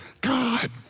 God